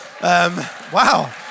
Wow